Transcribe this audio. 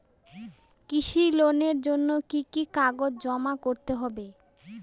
কৃষি লোনের জন্য কি কি কাগজ জমা করতে হবে?